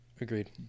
Agreed